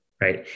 right